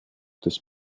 des